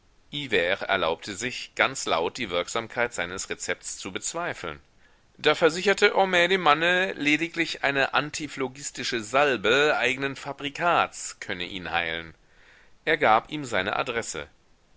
erlaubte sich ganz laut die wirksamkeit seines rezepts zu bezweifeln da versicherte homais dem manne lediglich eine antiphlogistische salbe eignen fabrikats könne ihn heilen er gab ihm seine adresse